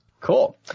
Cool